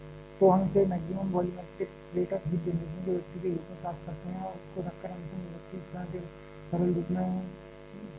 तो हम इसे maximum volumetric rate of heat generation की अभिव्यक्ति के रूप में प्राप्त करते हैं और उसको रख कर अंतिम अभिव्यक्ति इस तरह के रूप में सरल हो जाती है